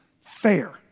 fair